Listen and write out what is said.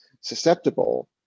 susceptible